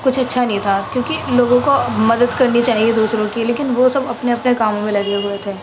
کچھ اچھا نہیں تھا کیونکہ لوگوں کو مدد کرنی چاہیے دوسروں کی لیکن وہ سب اپنے اپنے کاموں میں لگے ہوئے تھے